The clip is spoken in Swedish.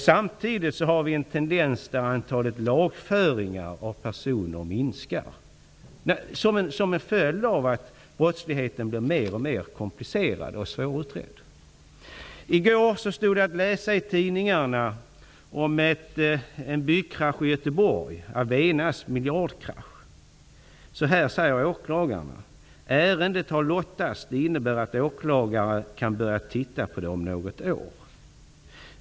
Samtidigt är tendensen att antalet lagföringar av personer minskar, som en följd av att brottsligheten blir mer och mer komplicerad och svårutredd. I går stod det att läsa i tidningarna om en byggkrasch i Göteborg, Avenas miljardkrasch. Chefsåklagaren säger: ''Ärendet har lottats. Det innebär att en åklagare kan börja titta på det om något år. --.